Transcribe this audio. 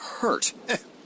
hurt